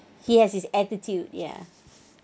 he has his attitude ya